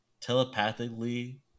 telepathically